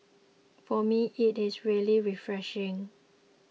for me it is really refreshing